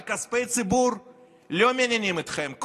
לקחת את רשות החברות ולהעביר אותה לאיזה משרד שכוח אל שכבודו במקומו